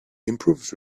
improves